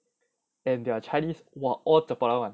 and their chinese !wah! all chapalang [one]